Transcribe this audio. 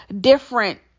different